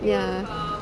ya